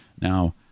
Now